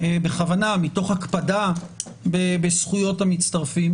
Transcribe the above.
בכוונה מתוך הקפדה בזכויות המצטרפים